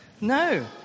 No